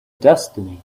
destiny